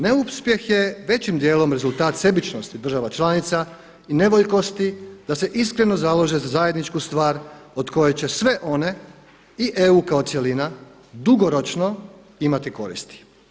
Neuspjeh je većim dijelom rezultat sebičnosti država članica i nevoljkosti da se iskreno založe za zajedničku stvar od koje će sve one i EU kao cjelina dugoročno imati koristi.